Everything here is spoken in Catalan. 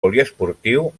poliesportiu